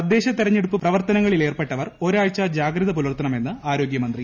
തദ്ദേശ തെരഞ്ഞെടുപ്പ് പ്രവർത്തനങ്ങളിലേർപ്പെട്ടവർ ഒരാഴ്ച ജാഗ്രത പുലർത്തണമെന്ന് ആരോഗ്യമന്ത്രി